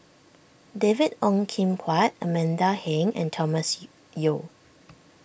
David Ong Kim Huat Amanda Heng and Thomas Yeo